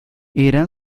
era